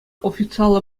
официаллӑ